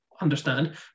understand